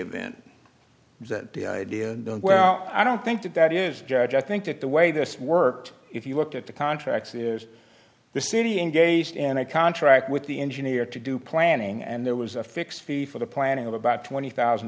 event that the idea well i don't think that that is judge i think that the way this worked if you looked at the contracts is the city engaged in a contract with the engineer to do planning and there was a fixed fee for the planning of about twenty thousand